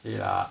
ya